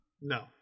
No